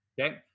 Okay